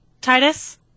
Titus